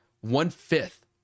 one-fifth